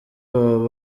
baba